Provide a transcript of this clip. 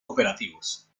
operativos